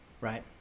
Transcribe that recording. Right